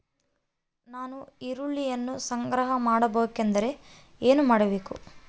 ನಾನು ಈರುಳ್ಳಿಯನ್ನು ಸಂಗ್ರಹ ಮಾಡಬೇಕೆಂದರೆ ಏನು ಮಾಡಬೇಕು?